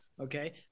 okay